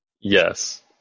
Yes